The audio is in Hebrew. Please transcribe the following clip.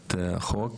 הצעת החוק הזאת.